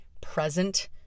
present